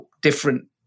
different